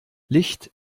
licht